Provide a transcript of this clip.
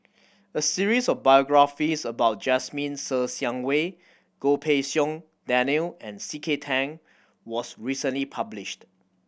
a series of biographies about Jasmine Ser Xiang Wei Goh Pei Siong Daniel and C K Tang was recently published